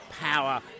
power